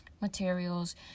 materials